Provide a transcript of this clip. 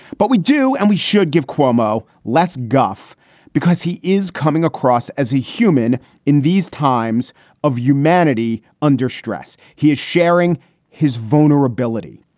but we do and we should give cuomo less guff because he is coming across as a human in these times of humanity under stress. he is sharing his vulnerability.